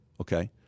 okay